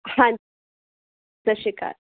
ਹਾਂਜੀ ਸਤਿ ਸ਼੍ਰੀ ਅਕਾਲ